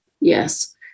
Yes